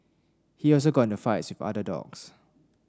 he also got into fights with other dogs